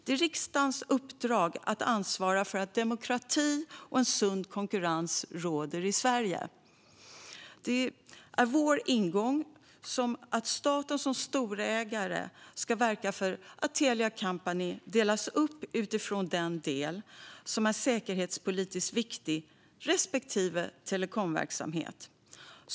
Det är riksdagens uppdrag att ansvara för att demokrati och en sund konkurrens råder i Sverige. Därför är vår ingång att staten som storägare ska verka för att Telia Company delas upp utifrån den del som är säkerhetspolitiskt viktig respektive telekomverksamhet.